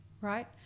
right